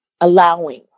allowing